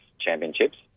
Championships